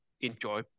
enjoy